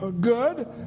Good